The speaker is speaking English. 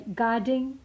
guarding